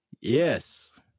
Yes